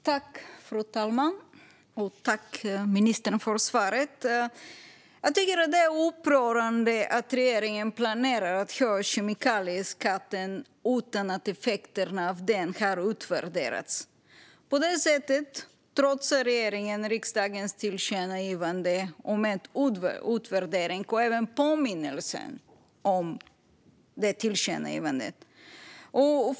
Fru talman! Tack, ministern, för svaret! Jag tycker att det är upprörande att regeringen planerar att höja kemikalieskatten utan att effekterna av den har utvärderats. På det sättet trotsar regeringen riksdagens tillkännagivande om en utvärdering och även påminnelsen om det tillkännagivandet.